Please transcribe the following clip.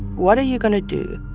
what are you going to do?